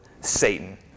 Satan